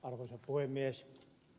arvoisa puhemies